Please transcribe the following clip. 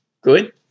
Good